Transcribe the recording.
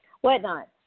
whatnot